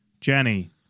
Jenny